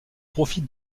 profit